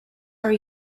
are